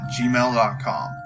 gmail.com